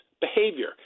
behavior